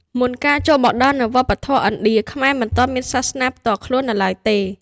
មុនការចូលមកដល់នូវវប្បធម៌របស់ឥណ្ឌា ខ្មែរមិនទាន់មានសាសនាផ្ទាល់ខ្លួននៅឡើយទេ។